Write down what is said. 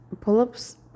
Pull-ups